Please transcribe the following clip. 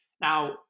Now